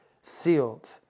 sealed